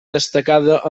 destacada